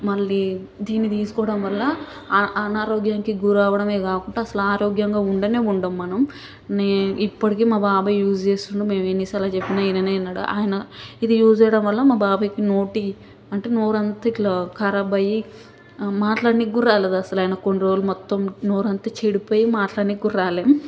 మళ్ళీ దీన్ని తీసుకోవడంవల్ల అనారోగ్యానికి గురవ్వడమే కాకుండా అసలారోగ్యంగా ఉండనే ఉండం మనం నే ఇప్పడికి మా బాబాయ్ యూజ్ చేస్తుంన్నాడు మేము ఎన్ని సార్లు చెప్పినా విననే ఉనడు ఆయన ఇది యూజ్ చేయడం వల్ల మా బాబాయ్కి నోటి అంటే నోరంతా ఇట్లా ఖరాబయి మాట్లాడానికి కూడా రాలేదసలు ఆయన కొన్ని రోజులు మొత్తం నోరంతా చెడిపోయి మాట్లాడానికి కూడా రాలేదు